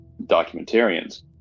documentarians